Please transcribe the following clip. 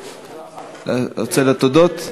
תודות.